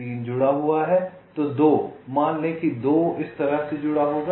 3 जुड़ा हुआ है तो 2 मान लें कि 2 इस तरह से जुड़ा होगा